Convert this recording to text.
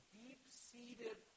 deep-seated